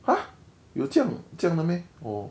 !huh! 有这样这样的 meh